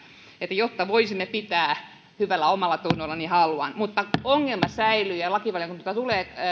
jotta voisimme pitää t paitaa hyvällä omallatunnolla haluan mutta ongelma säilyy ja lakivaliokunta tulee